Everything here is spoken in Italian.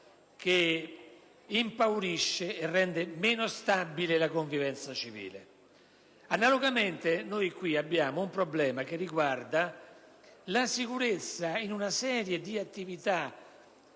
che impaurisce e rende meno stabile la convivenza civile; analogamente, in questo caso trattiamo di un problema che riguarda la sicurezza in una serie di attività,